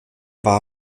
war